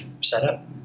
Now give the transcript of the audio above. setup